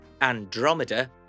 Andromeda